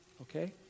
Okay